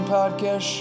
Podcast